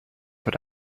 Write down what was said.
what